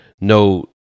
no